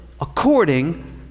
according